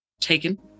taken